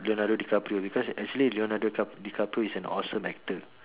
Leonardo-DiCaprio because actually Leonardo-DiCaprio is an awesome actor